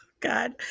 God